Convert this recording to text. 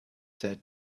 said